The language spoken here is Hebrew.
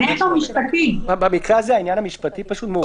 בעניין הזה, העניין המשפטי מורכב.